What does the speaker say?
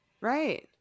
Right